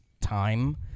time